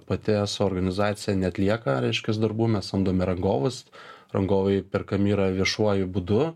pati eso organizacija neatlieka reiškias darbų mes samdome rangovus rangovai perkami yra viešuoju būdu